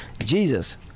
Jesus